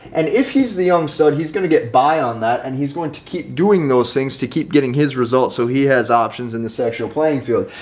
and if he's the young stud, he's going to get by on that. and he's going to keep doing those things to keep getting his results. so he has options in the sexual playing field.